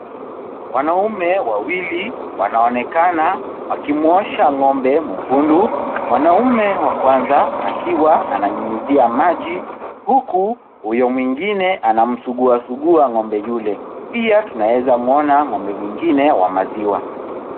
Wanaume wawili wanaonekana wakimuosha ng’ombe mwekundu. Mwanaume wa kwanza akiwa ananyunyuzia maji huku huyo mwingine anamsugua sugua ng’ombe yule. Pia tunaezamuona ng’ombe mwingine wa maziwa.